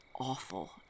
awful